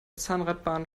zahnradbahn